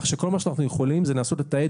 כל מה שאנחנו יכולים לעשות זה לנסות לתעד